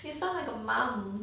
you sound like a mum